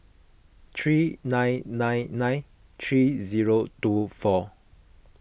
three nine nine nine three zero two four